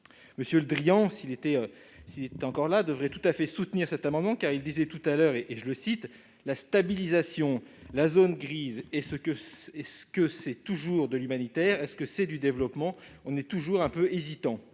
M. Le Drian, s'il était là, devrait tout à fait soutenir cet amendement, car il disait tout à l'heure :« La stabilisation, la zone grise, est-ce que c'est toujours de l'humanitaire ? Est-ce que c'est du développement ? On est toujours un peu hésitant. »